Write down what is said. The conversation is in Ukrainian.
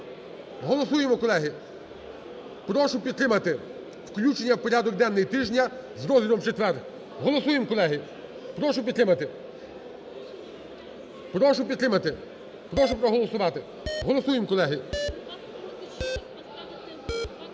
Голосуємо, колеги!. Прошу підтримати включення в порядок денний тижня з розглядом в четвер. Голосуємо, колеги! Прошу підтримати. Прошу підтримати. Прошу проголосувати. Голосуємо, колеги!